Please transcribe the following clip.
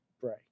Bray